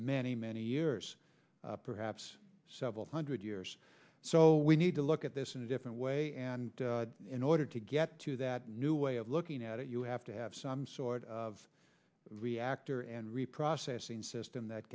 many many years perhaps several hundred years so we need to look at this in a different way and in order to get to that new way of looking at it you have to have some sort of reactor and reprocessing system that